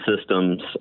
systems